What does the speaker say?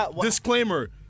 Disclaimer